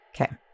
Okay